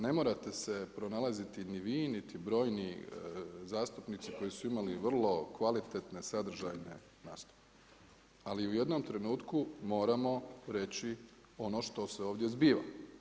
Ne morate se pronalaziti niti vi niti brojni zastupnici koji su imali vrlo kvalitetne sadržajne nastupe, ali u jednom trenutku moramo reći ono što se ovdje zbiva.